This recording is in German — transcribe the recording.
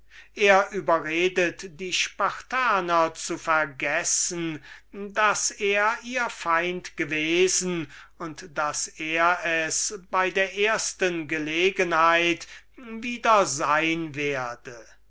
er überredet die spartaner zu vergessen daß er ihr feind gewesen und daß er es bei der ersten gelegenheit wieder sein wird